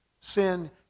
sin